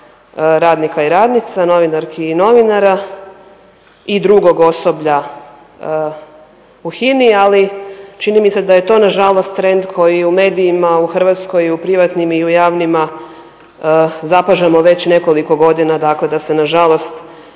radnika i radnica, novinarki i novinara i dugog osoblja u HINA-i ali čini mi se da je to na žalost trend koji je u medijima u Hrvatskoj i u privatnim i u javnima zapažamo već nekoliko godina, dakle da se na žalost